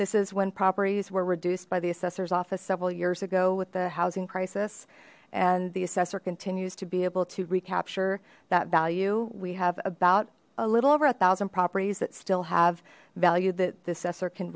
this is when properties were reduced by the assessor's office several years ago with the housing crisis and the assessor continues to be able to recapture that value we have about a little over a thousand properties that still have value that